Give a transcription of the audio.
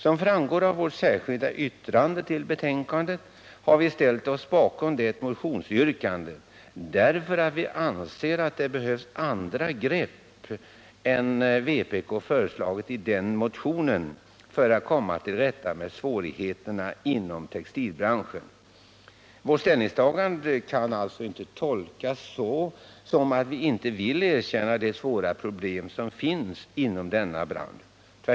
Som framgår av vårt särskilda yttrande till betänkandet har vi inte ställt oss bakom det motionsyrkandet, därför att vi anser att det behövs andra grepp än de vpk har föreslagit i motionen för att komma till rätta med svårigheterna inom textilbranschen. Vårt ställningstagande kan alltså inte tolkas som att vi inte vill erkänna de svåra problemen inom denna bransch.